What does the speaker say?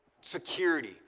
security